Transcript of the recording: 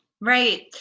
Right